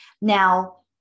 Now